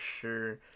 sure